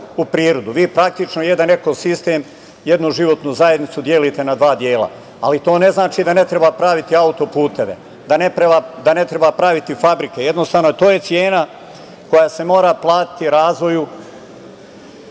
Vi praktično jedan ekosistem, jednu životnu zajednicu delite na dva dela, ali to ne znači da ne treba praviti autoputeve, da ne treba praviti fabrike, jednostavno to je cena koja se mora platiti razvoju.